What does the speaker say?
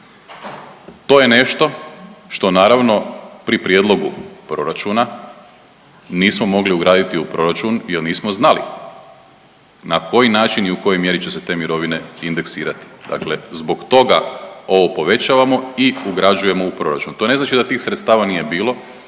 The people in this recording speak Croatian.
To je nešto što naravno, pri Prijedlogu proračuna nismo mogli ugraditi u proračun jer nismo znali na koji način i u kojoj mjeri će se te mirovine indeksirati. Dakle zbog toga ovo povećavamo i ugrađujemo u proračun. To ne znači da tih sredstava nije bilo,